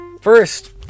First